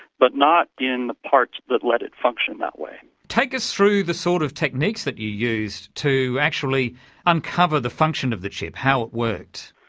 but not in the parts that let it function that way. take us through the sort of techniques that you used to actually uncover the function of the chip, how it works?